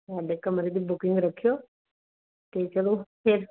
ਸਾਡੇ ਕਮਰੇ ਦੀ ਬੁਕਿੰਗ ਰੱਖਿਓ ਅਤੇ ਚਲੋ ਫਿਰ